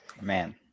Man